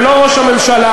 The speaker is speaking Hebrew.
ולא ראש הממשלה,